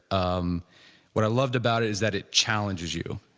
um what i loved about it is that it challenges you.